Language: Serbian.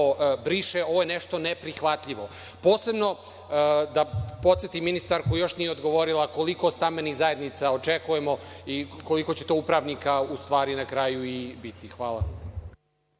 briše. Ovo je nešto neprihvatljivo. Da podsetim ministarku, još nije odgovorila – koliko stambenih zajednica očekujemo i koliko će upravnika na kraju biti? Hvala.